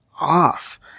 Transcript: off